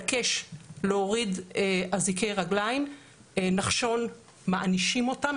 להתעקש להוריד אזיקי רגליים, נחשון מענישים אותם.